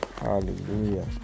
Hallelujah